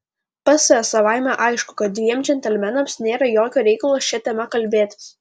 ps savaime aišku kad dviem džentelmenams nėra jokio reikalo šia tema kalbėtis